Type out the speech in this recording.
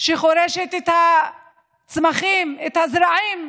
שחורשת את הצמחים, את הזרעים,